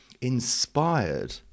inspired